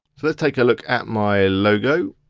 let's take a look at my logo.